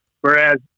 whereas